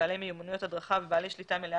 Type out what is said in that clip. בעלי מיומנויות הדרכה ובעלי שליטה מלאה